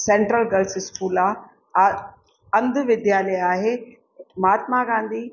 central girls school आहे आहे अंध विध्यालय आहे महात्मा गांधी